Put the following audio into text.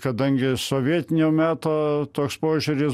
kadangi sovietinio meto toks požiūris